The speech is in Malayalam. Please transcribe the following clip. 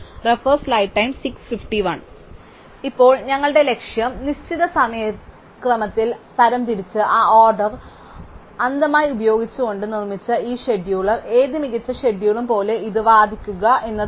അതിനാൽ ഇപ്പോൾ ഞങ്ങളുടെ ലക്ഷ്യം നിശ്ചിത സമയക്രമത്തിൽ തരംതിരിച്ച് ആ ഓർഡർ അന്ധമായി ഉപയോഗിച്ചുകൊണ്ട് നിർമ്മിച്ച ഈ ഷെഡ്യൂൾ ഏത് മികച്ച ഷെഡ്യൂളും പോലെ ഇത് വാദിക്കുക എന്നതാണ്